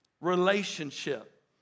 relationship